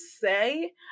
say